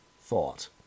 thought